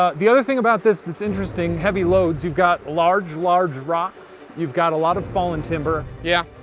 ah the other thing about this that's interesting, heavy loads, you've got large, large rocks. you've got a lot of fallen timber. yeah,